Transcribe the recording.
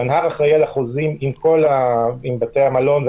מנה"ר אחראי על החוזים עם בתי המלון,